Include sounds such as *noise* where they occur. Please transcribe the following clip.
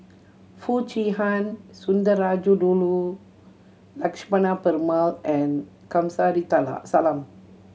Foo Chee Han Sundarajulu Lakshmana Perumal and Kamsari *unintelligible* Salam